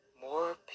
More